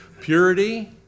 Purity